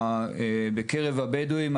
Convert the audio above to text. בקרב הבדואים,